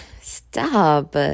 stop